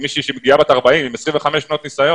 אם מישהי שמגיעה היא בת 40 ויש לה 25 שנות ניסיון